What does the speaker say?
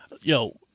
Yo